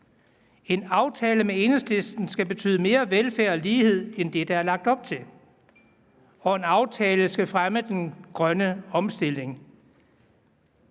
En aftale med Enhedslisten skal betyde mere velfærd og lighed end det, der er lagt op til. Og en aftale skal fremme den grønne omstilling.